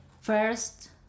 first